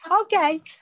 okay